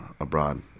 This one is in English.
abroad